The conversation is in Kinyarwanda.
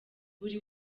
buri